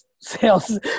sales